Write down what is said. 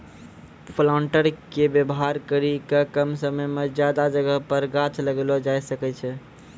planter के वेवहार करी के कम समय मे ज्यादा जगह पर गाछ लगैलो जाय सकै छै